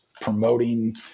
promoting